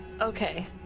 Okay